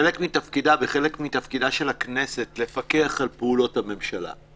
חלק מתפקידה וחלק מתפקידה של הכנסת הוא לפקח על פעולות הממשלה.